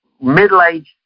middle-aged